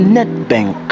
NetBank